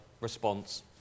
response